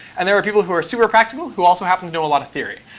and there are people who are super practical who also happen to know a lot of theory.